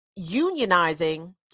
unionizing